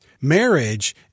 Marriage